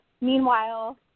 Meanwhile